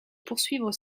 poursuivre